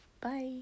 Bye